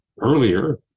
earlier